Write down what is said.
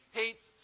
hates